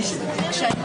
צריכה להיות.